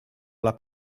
alla